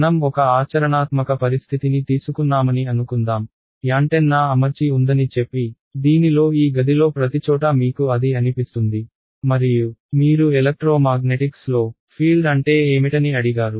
మనం ఒక ఆచరణాత్మక పరిస్థితిని తీసుకున్నామని అనుకుందాం యాంటెన్నా అమర్చి ఉందని చెప్పి దీనిలో ఈ గదిలో ప్రతిచోటా మీకు అది అనిపిస్తుంది మరియు మీరు ఎలక్ట్రోమాగ్నెటిక్స్ లో ఫీల్డ్ అంటే ఏమిటని అడిగారు